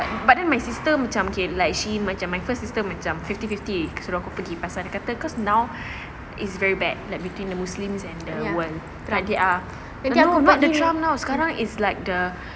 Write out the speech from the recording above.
but then my sister macam K like she macam my first sister macam fifty fifty kasi rokok pergi pasal dia kata cause now is very bad like between the muslims and world the trump now sekarang is like the